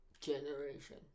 Generation